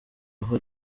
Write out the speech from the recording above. aho